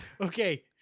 okay